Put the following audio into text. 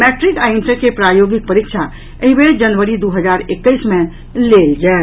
matric आ inter के प्रायोगिक परीक्षा एहि बेर जनवरी दू हजार एकैस मे लेल जायत